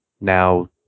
Now